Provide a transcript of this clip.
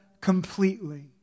completely